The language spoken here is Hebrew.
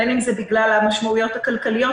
בין בגלל המשמעויות הכלכליות,